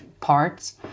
parts